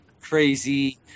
crazy